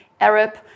Arab